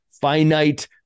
finite